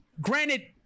Granted